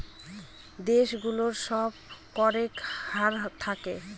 দেশ গুলোর সব করের হার থাকে